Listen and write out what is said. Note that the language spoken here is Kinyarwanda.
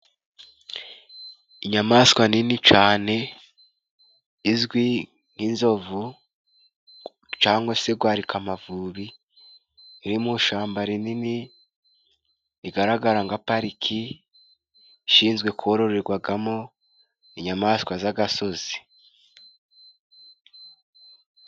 Inyamaswa nini cane izwi nk'inzovu cangwase gwarikamavubi irimo ishamba rinini igaragara nka pariki ishinzwe kororegwagamo inyamaswa z'agasozi